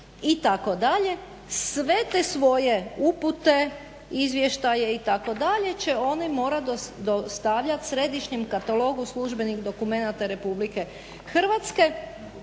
sve te svoje upute izvještaje itd. će one morati dostavljati središnjem katalogu službenih dokumenata Republike Hrvatske